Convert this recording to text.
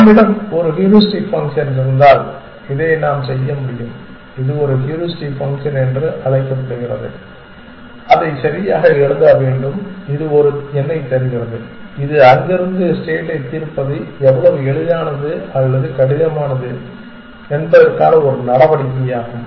நம்மிடம் ஒரு heuristic function இருந்தால் இதை நாம் செய்ய முடியும் இது ஒரு ஹூரிஸ்டிக் ஃபங்க்ஷன் என்று அழைக்கப்படுகிறது அதை சரியாக எழுத வேண்டும் இது ஒரு எண்ணைத் தருகிறது இது அங்கிருந்து ஸ்டேட்டைத் தீர்ப்பது எவ்வளவு எளிதானது அல்லது கடினமானது என்பதற்கான ஒரு நடவடிக்கையாகும்